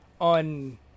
on